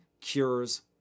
cures